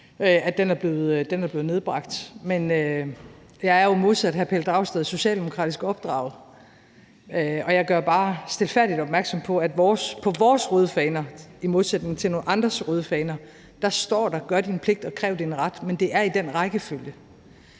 timetal blev nedbragt. Men jeg er jo modsat hr. Pelle Dragsted socialdemokratisk opdraget, og jeg gør bare stilfærdigt opmærksom på, at der på vores røde faner – i modsætning til nogle andres røde faner – står: Gør din pligt, og kræv din ret. Men det er i den rækkefølge,